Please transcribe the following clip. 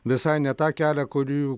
visai ne tą kelią kurių